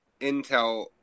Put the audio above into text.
intel